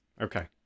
Okay